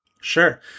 Sure